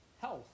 health